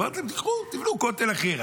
אמרתי להם: לכו, תבנו כותל אחר.